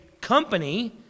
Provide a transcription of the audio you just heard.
company